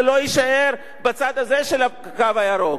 זה לא יישאר בצד הזה של "הקו הירוק",